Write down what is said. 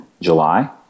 July